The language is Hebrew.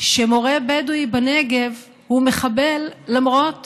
שמורה בדואי בנגב הוא מחבל, למרות